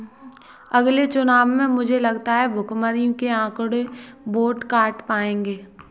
अगले चुनाव में मुझे लगता है भुखमरी के आंकड़े वोट काट पाएंगे